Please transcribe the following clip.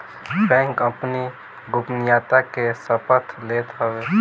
bank अपनी गोपनीयता के शपथ लेत हवे